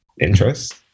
interest